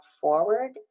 forward